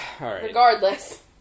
Regardless